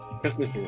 Christmas